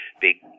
Big